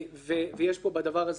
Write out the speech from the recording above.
ויש פה קושי.